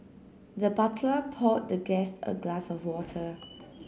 the butler poured the guest a glass of water